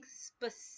specific